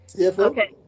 Okay